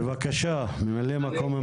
בבקשה, מ"מ המנכ"ל.